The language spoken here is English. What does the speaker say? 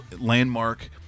landmark